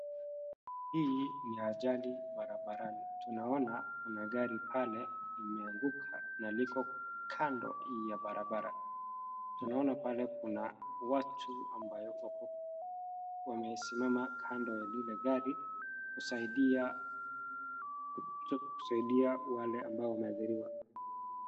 Hii ni ajali barabarani. Tunaona kuna gari pale imeanguka na liko kando ya barabara. Tunaona pale kuna watu ambao wamesimama kando ya lile gari kusaidia wale ambao wameathiriwa.